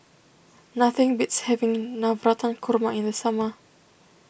nothing beats having Navratan Korma in the summer